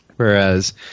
Whereas